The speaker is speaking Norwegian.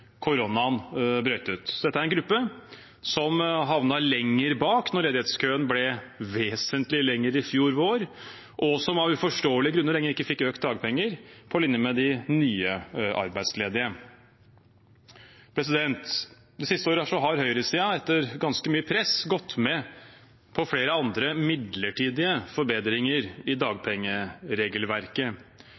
Dette er en gruppe som havnet lenger bak da ledighetskøen ble vesentlig lengre i fjor vår, og som av uforståelige grunner ikke lenger fikk dagpengene økt på linje med de nye arbeidsledige. Det siste året har høyresiden, etter ganske mye press, gått med på flere andre midlertidige forbedringer i dagpengeregelverket.